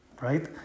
right